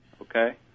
Okay